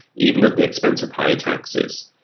even at the expense of higher taxes.